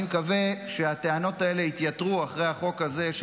אני מקווה שהטענות האלה התייתרו אחרי החוק הזה,